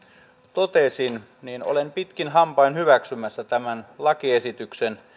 totesin olen pitkin hampain hyväksymässä tämän lakiesityksen